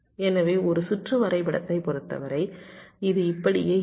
எனவே ஒரு சுற்று வரைபடத்தைப் பொறுத்தவரை இது இப்படி இருக்கும்